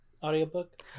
audiobook